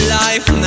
life